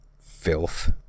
Filth